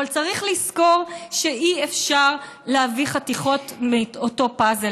אבל צריך לזכור שאי-אפשר להביא חתיכות מאותו פאזל.